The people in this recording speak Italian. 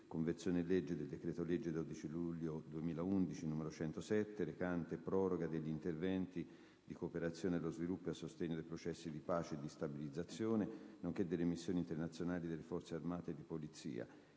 Conversione in legge del decreto-legge 12 luglio 2011, n. 107, recante proroga degli interventi di cooperazione allo sviluppo e a sostegno dei processi di pace e di stabilizzazione, nonche´ delle missioni internazionali delle Forze armate e di polizia